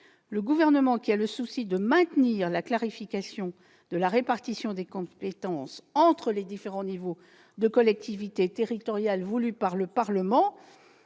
Le Gouvernement a le souci de maintenir la clarification de la répartition des compétences entre les différents niveaux de collectivités territoriales voulue par le Parlement